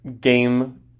game